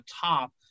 top